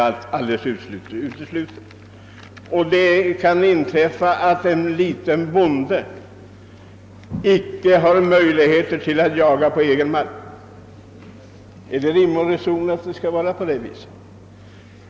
Det är alldeles uteslutet. Det kan inträffa att en vanlig bonde icke har möjlighet att jaga på egen mark. Är det rim och reson att det skall vara på det sättet?